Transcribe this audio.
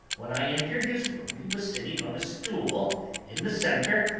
when i entered his room he was sitting on a stool in the centre,